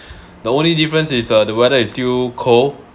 the only difference is uh the weather is still cold